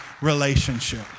relationship